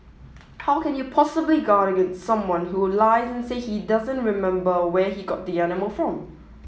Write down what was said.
how can you possibly guard against someone who lies and say he doesn't remember where he got the animal from